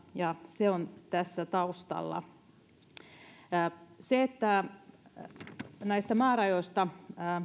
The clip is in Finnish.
ja se on tässä taustalla sillä että näistä määräajoista